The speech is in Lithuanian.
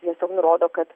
tiesiog nurodo kad